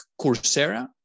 Coursera